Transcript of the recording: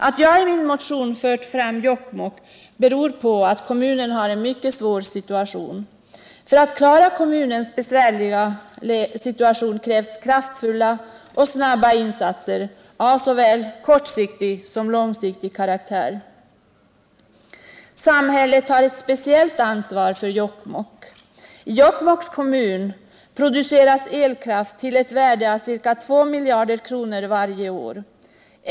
Att jag i min motion har fört fram Jokkmokk beror på att kommunen har en mycket svår situation. För att klara denna krävs kraftfulla och snara insatser av såväl kortsiktig som långsiktig karaktär. Samhället har ett speciellt ansvar för Jokkmokk. I Jokkmokks kommun produceras elkraft till ett värde av ca 2 miljarder kronor varje år.